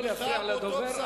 לא להפריע לדובר,